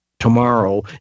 tomorrow